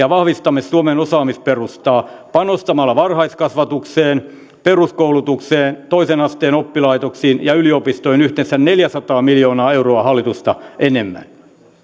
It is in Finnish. ja vahvistamme suomen osaamisperustaa panostamalla varhaiskasvatukseen peruskoulutukseen toisen asteen oppilaitoksiin ja yliopistoihin yhteensä neljäsataa miljoonaa euroa hallitusta enemmän